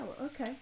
Okay